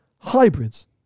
hybrids